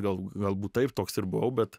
gal galbūt taip toks ir buvau bet